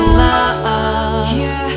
love